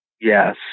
Yes